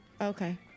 Okay